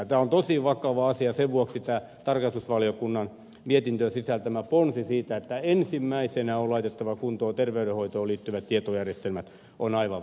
tämä on tosi vakava asia ja sen vuoksi tämä tarkastusvaliokunnan mietinnön sisältämä ponsi siitä että ensimmäisenä on laitettava kuntoon terveydenhoitoon liittyvät tietojärjestelmät on aivan välttämätön